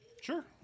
Sure